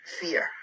fear